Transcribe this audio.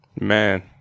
man